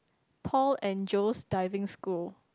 Paul and Joe's Diving School